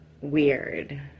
weird